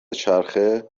چرخه